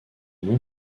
nom